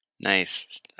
Nice